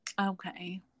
okay